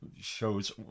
shows